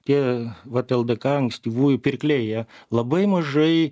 tie vat ldk ankstyvųjų pirkliai jie labai mažai